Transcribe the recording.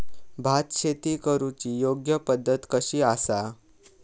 भात शेती करुची योग्य पद्धत कशी आसा?